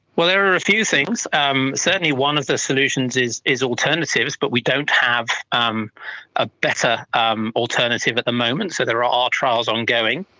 well, there are a few things. um certainly one of the solutions is is alternatives but we don't have um a better um alternative at the moment, so there are ah trials ongoing.